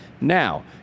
Now